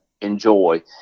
enjoy